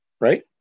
right